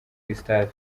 gustave